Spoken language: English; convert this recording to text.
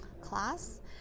class